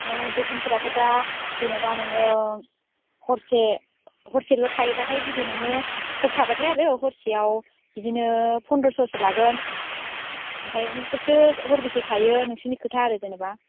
अ बेसेनफोराथ' दा जेनेबा नोङो हरसे हरसेल' थायोब्लाथाय जुदि नोङो हर थाब्लाथाय आरो हरसेयाव बिदिनो पन्द्रस'सो लागोन ओमफ्राय नोंसोरसो हरबेसे थायो नोंसोरनि खोथा आरो जेनेबा